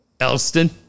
Elston